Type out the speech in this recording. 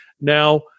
Now